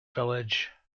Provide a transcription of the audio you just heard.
village